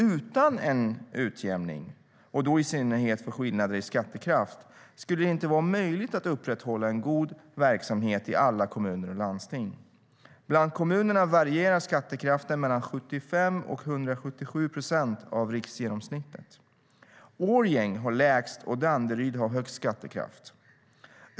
Utan en utjämning - och då i synnerhet av skillnaderna i skattekraft - skulle det inte vara möjligt att upprätthålla en god verksamhet i alla kommuner och landsting. Bland kommunerna varierar skattekraften mellan 75 och 177 procent av riksgenomsnittet. Årjäng har lägst skattekraft och Danderyd har högst.